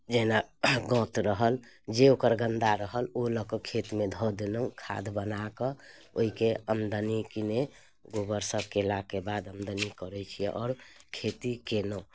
जेना गौँत रहल जे ओकर गन्दा रहल ओ लऽ कऽ खेतमे धऽ देलहुँ खाद बना कऽ ओहिके आमदनी किने गोबरसभ केलाके बाद आमदनी करै छियै आओर खेती केलहुँ